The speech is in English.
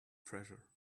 treasure